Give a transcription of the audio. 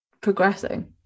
progressing